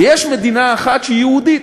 ויש מדינה אחת שהיא יהודית,